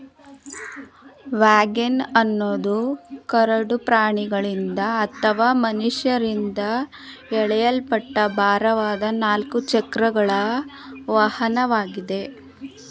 wagon ಅನ್ನೋದು ಕರಡು ಪ್ರಾಣಿಗಳಿಂದ ಅಥವಾ ಮನುಷ್ಯರಿಂದ ಎಳೆಯಲ್ಪಟ್ಟ ಭಾರವಾದ ನಾಲ್ಕು ಚಕ್ರಗಳ ವಾಹನವಾಗಿದೆ